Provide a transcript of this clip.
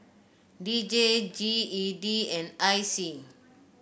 D J G E D and I C